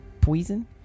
poison